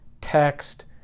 text